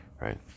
Right